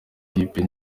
kipe